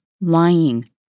lying